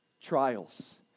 Trials